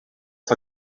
for